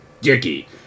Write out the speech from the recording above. Dickie